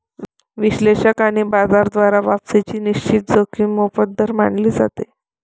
विश्लेषक आणि बाजार द्वारा वापसीची निश्चित जोखीम मोफत दर मानले जाते